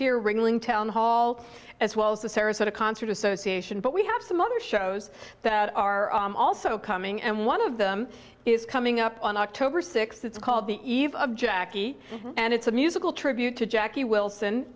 here ringling town hall as well the sarasota concert association but we have some other shows that are also coming and one of them is coming up on october sixth it's called the eve of jackie and it's a musical tribute to jackie wilson